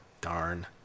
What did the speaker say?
Darn